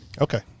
Okay